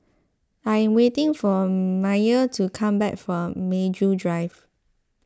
I am waiting for Myer to come back from Maju Drive